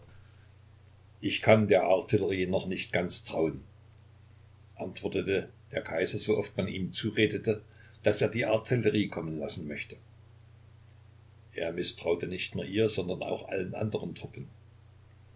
ich kann der artillerie noch nicht ganz trauen antwortete der kaiser sooft man ihm zuredete daß er die artillerie kommen lassen möchte er mißtraute nicht nur ihr sondern auch allen anderen truppen